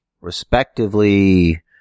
respectively